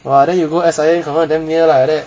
!wah! then you go S_I_M you confirm damn near lah like that